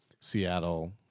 Seattle